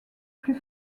plus